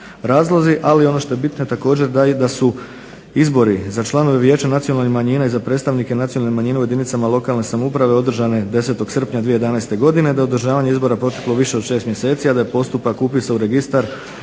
ali ono što je bitno također da su izbori za članove vijeća nacionalnih manjina i za predstavnike nacionalne manjine u jedinicama lokalne samouprave održane 10. srpnja 2011. godine, da je održavanje izbore proteklo više od 6 mjeseci a da je postupak upisa u registar